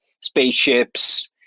spaceships